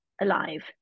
alive